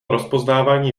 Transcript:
rozpoznávání